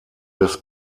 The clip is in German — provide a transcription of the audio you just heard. des